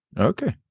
Okay